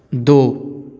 ਦੋ